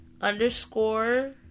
underscore